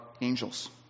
angels